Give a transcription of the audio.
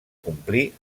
complir